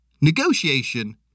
negotiation